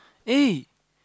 eh